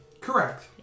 Correct